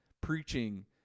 Preaching